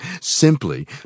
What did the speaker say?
simply